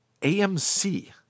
AMC